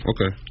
Okay